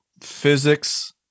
physics